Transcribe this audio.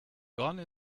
gone